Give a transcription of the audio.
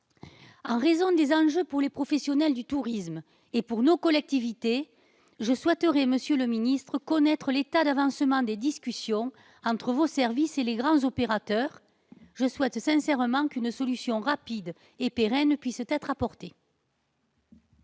en raison des enjeux pour les professionnels du tourisme et pour nos collectivités, j'aimerais connaître l'état d'avancement des discussions entre vos services et les grands opérateurs. Je souhaite sincèrement qu'une solution rapide et pérenne puisse être apportée.